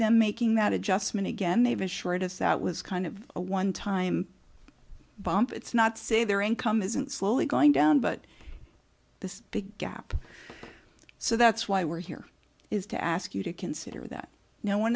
them making that adjustment again they've assured us that was kind of a one time bump it's not say their income isn't slowly going down but this big gap so that's why we're here is to ask you to consider that now one